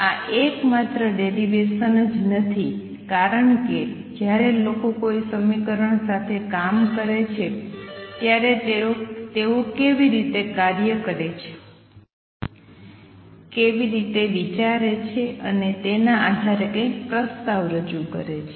આ એક માત્ર ડેરિવેસન જ નથી કારણ કે જ્યારે લોકો કોઈ સમીકરણ સાથે કઈક કરે છે ત્યારે તેઓ કેવી રીતે કાર્ય કરે છે કેવી રીતે વિચારે છે અને તેના આધારે કંઈક પ્રસ્તાવ રજૂ કરે છે